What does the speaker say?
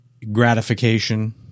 gratification